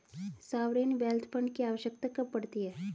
Sovereign wealth fund की आवश्यकता कब पड़ती है?